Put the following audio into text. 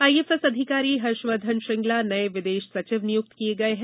IFS अधिकारी हर्षवर्द्वन श्रंगला नये विदेश सचिव नियुक्त किए गए हैं